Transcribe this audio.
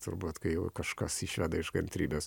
turbūt kai jau kažkas išveda iš kantrybės